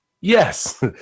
yes